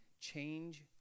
change